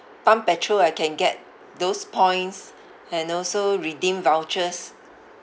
pump petrol I can get those points and also redeem vouchers